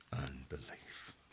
unbelief